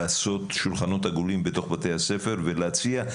לעשות שולחנות עגולים בתוך בתי הספר ולהציע?